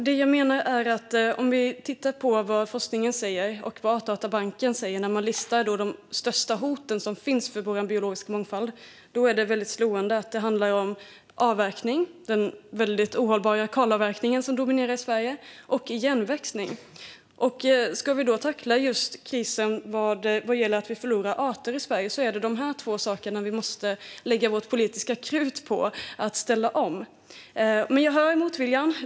Fru talman! Låt oss titta på vad forskningen och Artdatabanken säger vad gäller listningen av de största hoten mot vår biologiska mångfald. Det är slående att det handlar om avverkning, den ohållbara kalavverkningen som dominerar i Sverige, och igenväxning. Om vi ska tackla krisen att Sverige förlorar arter är det de två sakerna vi måste lägga vårt politiska krut på att ställa om. Jag hör motviljan.